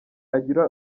agira